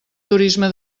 turisme